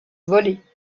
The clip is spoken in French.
volées